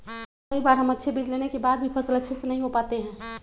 कई बार हम अच्छे बीज लेने के बाद भी फसल अच्छे से नहीं हो पाते हैं?